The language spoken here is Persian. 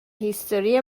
هیستوری